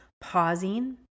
pausing